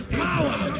power